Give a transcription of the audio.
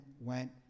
went